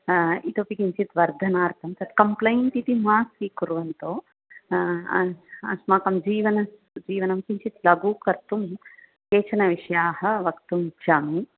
इतोऽपि किञ्चित् वर्धनार्थं तत् कम्प्लेन्ट् इति मा स्वीकुर्वन्तु अस्माकं जीवन जीवनं किञ्चित् लघु कर्तुं केचन विषया वक्तुम् इच्छामि